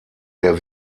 der